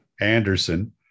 Anderson